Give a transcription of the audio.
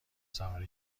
سوار